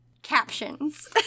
captions